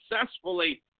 successfully